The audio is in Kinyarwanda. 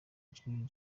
general